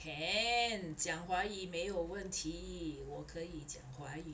can 讲华语没有问题我可以讲华语